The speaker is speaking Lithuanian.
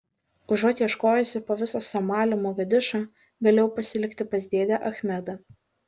užuot ieškojusi po visą somalį mogadišo galėjau pasilikti pas dėdę achmedą